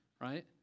right